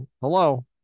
hello